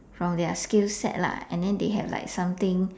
from their skill set lah and then they have like something